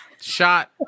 shot